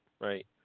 Right